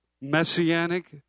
messianic